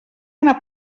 una